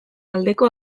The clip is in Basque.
aldeko